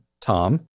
Tom